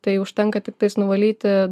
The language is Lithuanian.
tai užtenka tiktais nuvalyti